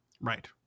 right